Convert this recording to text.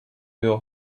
your